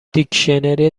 دیکشنری